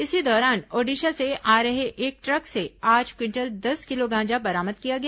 इसी दौरान ओडिशा से आ रहे एक ट्रक से आठ क्विंटल दस किलो गांजा बरामद किया गया